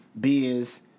Biz